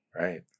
Right